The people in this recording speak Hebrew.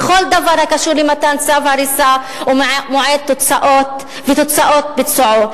בכל דבר הקשור למתן צו הריסה ומועד ותוצאות ביצועו,